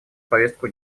повестку